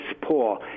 Paul